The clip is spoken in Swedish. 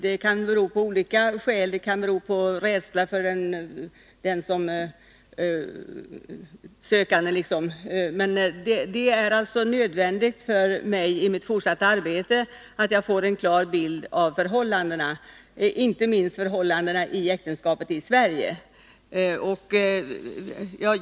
Det kan bero på olika saker, t.ex. rädsla från den sökandes sida, men det är nödvändigt för mig i mitt fortsatta arbete med ärendet att jag får en klar bild av förhållandena, och det gäller då inte minst förhållandena i äktenskapet i Sverige.